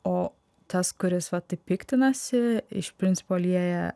o tas kuris va taip piktinasi iš principo lieja